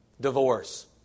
Divorce